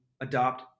adopt